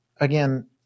again